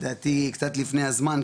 לדעתי קצת לפני הזמן,